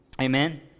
Amen